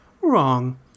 Wrong